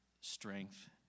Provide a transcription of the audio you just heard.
strength